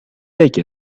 take